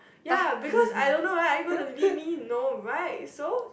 ya because I don't know right so are you going to lead me no right